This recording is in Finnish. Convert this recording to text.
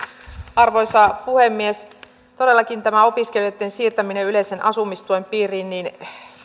arvoisa puhemies todellakin tämä opiskelijoitten siirtäminen yleisen asumistuen piiriin